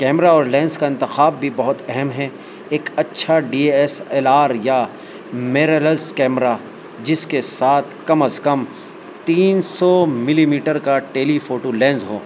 camera اور lens کا انتخاب بھی بہت اہم ہے ایک اچھا ڈی ایس ایل آر یا میرر لیس کیمرہ جس کے ساتھ کم از کم تین سو ملی میٹر کا ٹیلی فوٹو لینس ہو